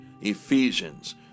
Ephesians